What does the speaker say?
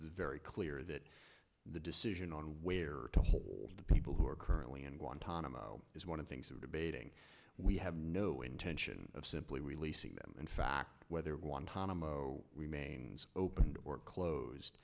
very clear that the decision on where the whole the people who are currently in guantanamo is one of things that abating we have no intention of simply releasing them in fact whether one tom remains open or close